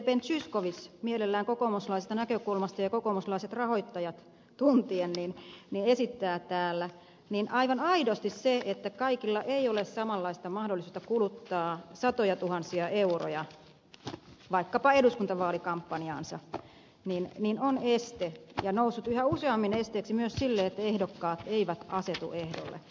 ben zyskowicz mielellään kokoomuslaisesta näkökulmasta ja kokoomuslaiset rahoittajat tuntien esittää täällä aivan aidosti se että kaikilla ei ole samanlaista mahdollisuutta kuluttaa satojatuhansia euroja vaikkapa eduskuntavaalikampanjaansa on este ja on noussut yhä useammin esteeksi myös sille että ehdokkaat eivät asetu ehdolle